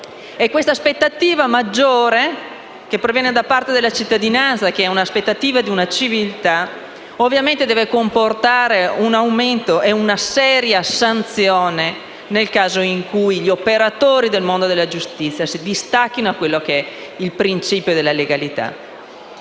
Questa aspettativa maggiore, che proviene da parte della cittadinanza quale aspettativa di civiltà, deve ovviamente comportare un aumento delle pene e una seria sanzione nel caso in cui gli operatori del mondo della giustizia si distacchino dal principio della legalità.